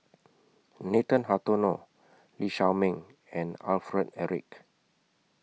Nathan Hartono Lee Shao Meng and Alfred Eric